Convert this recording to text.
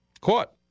caught